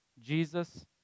Jesus